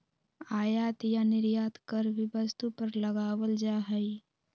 आयात या निर्यात कर भी वस्तु पर लगावल जा हई